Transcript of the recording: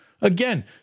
Again